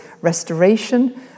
restoration